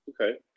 Okay